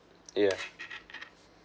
yeah